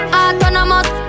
autonomous